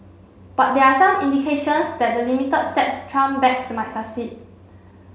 but there are some indications that the limited steps Trump backs might succeed